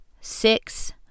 six